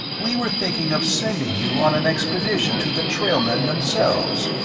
we were thinking of sending you on an expedition to the trailmen themselves.